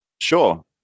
Sure